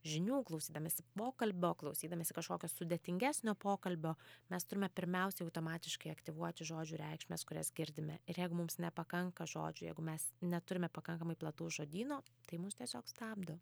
žinių klausydamiesi pokalbio klausydamiesi kažkokios sudėtingesnio pokalbio mes turime pirmiausiai automatiškai aktyvuoti žodžių reikšmes kurias girdime ir jeigu mums nepakanka žodžių jeigu mes neturime pakankamai plataus žodyno tai mus tiesiog stabdo